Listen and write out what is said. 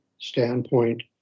standpoint